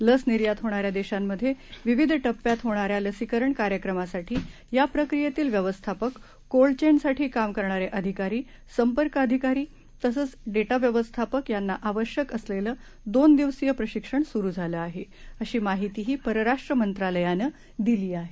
लस निर्यात होणाऱ्या देशांमध्ये विविध टप्प्यात होणाऱ्या लसीकरण कार्यक्रमासाठी या प्रक्रियेतील व्यवस्थापक कोल्ड चैन साठी काम करणारे अधिकारी संपर्क अधिकारी तसेच डेटा व्यवस्थापक यांना आवश्यक असलेलं दोन दिवसीय प्रशिक्षण सुरु झालं आहे अशी माहितीही परराष्ट्र मंत्रालयानं दिली आहे